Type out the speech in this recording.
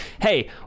hey